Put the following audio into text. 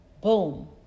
boom